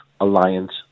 Alliance